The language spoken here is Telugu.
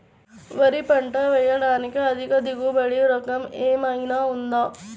వరి పంట వేయటానికి అధిక దిగుబడి రకం ఏమయినా ఉందా?